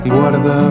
Guarda